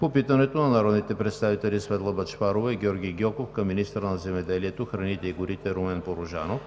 по питането на народните представители Светла Бъчварова и Георги Гьоков към министъра на земеделието, храните и горите Румен Порожанов